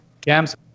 cams